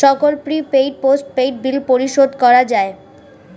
সকল prepaid, postpaid bill পরিশোধ করা যায়